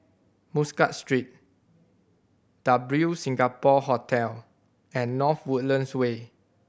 Muscat Street W Singapore Hotel and North Woodlands Way